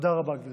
תודה רבה, גברתי.